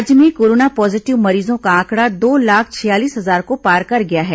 राज्य में corona positive मरीजों का आंकड़ा दो लाख छियालीस हजार को पार कर गया है